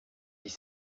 dix